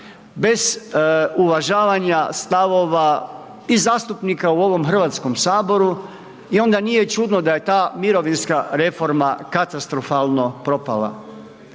bez uvažavanja stavova i zastupnika u ovom HS i onda nije čudno da je ta mirovinska reforma katastrofalno propala,